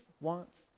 wants